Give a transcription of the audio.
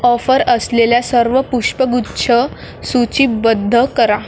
offer असलेल्या सर्व पुष्पगुच्छ सूचीबद्ध करा